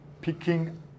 picking